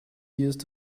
used